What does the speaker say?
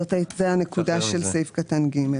זו הנקודה של סעיף קטן (ג).